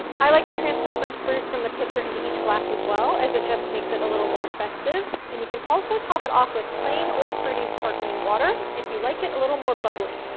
i like to transfer some fruit from the pitcher into each glass, as well, as it just makes it a little more festive. and you can also top it off with plain, or fruity, sparkling water, if you like it a little more bubbly.